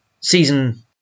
Season